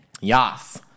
yas